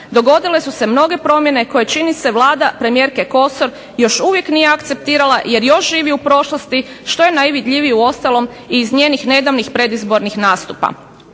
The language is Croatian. dogodile su se mnoge promjene koje čini se Vlada premijerke Kosor još uvijek nije akceptirala jer još živi u prošlosti što je najvidljivije uostalom i iz njenih nedavnih predizbornih nastupa.